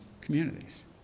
communities